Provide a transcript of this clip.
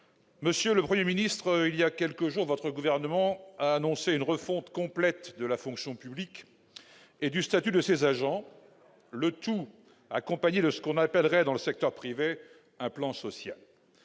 monsieur le 1er ministre il y a quelques jours, votre gouvernement a annoncé une refonte complète de la fonction publique et du statut de ces agents, le tout accompagné de ce qu'on appellerait dans le secteur privé, un plan social,